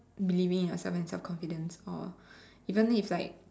believing in yourself and self confidence or even though it's like